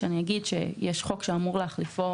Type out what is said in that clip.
יש חוק שאמור להחליפו,